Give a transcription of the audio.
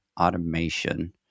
automation